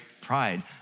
pride